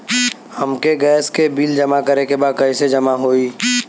हमके गैस के बिल जमा करे के बा कैसे जमा होई?